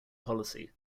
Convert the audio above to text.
policy